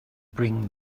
bring